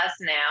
now